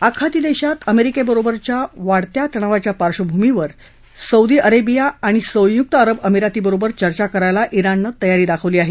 आखाती क्षेत्रात अमेरिकेबरोबरच्या वाढत्या तणावाच्या पार्धभूमीवर सौदी अरेबिया आणि संयुक्त अरब अमिरातीबरोबर चर्चा करायला ज्ञाणनं तयारी दाखवली आहे